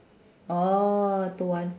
orh two one